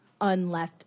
unleft